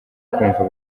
kumva